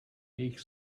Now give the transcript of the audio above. jejich